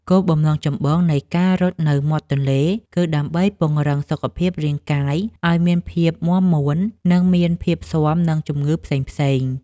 គោលបំណងចម្បងនៃការរត់នៅមាត់ទន្លេគឺដើម្បីពង្រឹងសុខភាពរាងកាយឱ្យមានភាពមាំមួន និងមានភាពស៊ាំនឹងជំងឺផ្សេងៗ។